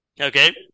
Okay